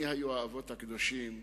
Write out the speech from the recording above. מי היו האבות הקדושים?